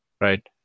Right